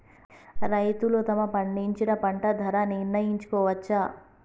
రైతులు తాము పండించిన పంట ధర నిర్ణయించుకోవచ్చా?